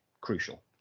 crucial